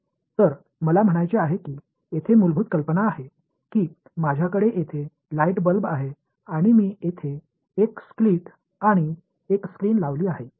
तर मला म्हणायचे आहे की येथे मूलभूत कल्पना आहे की माझ्याकडे येथे लाईट बल्ब आहे आणि मी येथे एक स्लिट आणि एक स्क्रीन लावली आहे